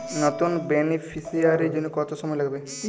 নতুন বেনিফিসিয়ারি জন্য কত সময় লাগবে?